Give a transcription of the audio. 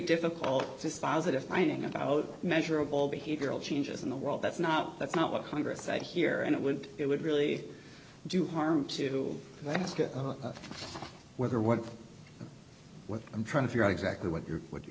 difficult just as a defining about measurable behavioral changes in the world that's not that's not what congress said here and it would it would really do harm to ask whether what what i'm trying to figure out exactly what you what you